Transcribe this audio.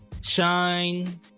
shine